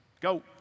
Go